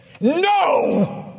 No